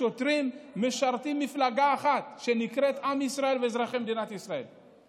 השוטרים משרתים מפלגה אחת שנקראת "עם ישראל ואזרחי מדינת ישראל".